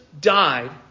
died